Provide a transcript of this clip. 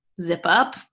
zip-up